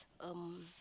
um